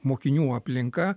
mokinių aplinka